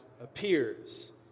appears